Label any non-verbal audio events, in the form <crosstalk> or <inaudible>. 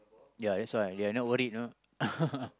ya that's why they are not worry you know <laughs>